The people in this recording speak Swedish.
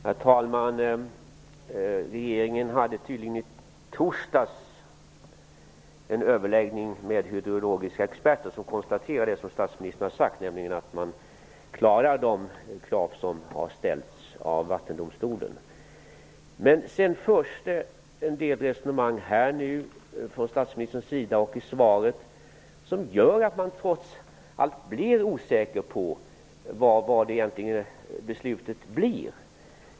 Herr talman! Regeringen hade tydligen i torsdags en överläggning med hydrologiska experter som konstaterade det statsministern har sagt, nämligen att man klarar de krav som har ställts av Det förs en del resonemang från statsministerns sida och det står en del i svaret som gör att man trots allt blir osäker på vad beslutet egentligen blir.